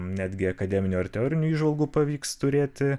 netgi akademinių ir teorinių įžvalgų pavyks turėti